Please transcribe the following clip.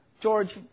George